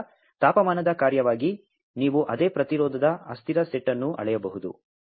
ಆದ್ದರಿಂದ ತಾಪಮಾನದ ಕಾರ್ಯವಾಗಿ ನೀವು ಅದೇ ಪ್ರತಿರೋಧದ ಅಸ್ಥಿರ ಸೆಟ್ ಅನ್ನು ಅಳೆಯಬಹುದು